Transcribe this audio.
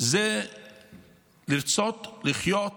זה לרצות לחיות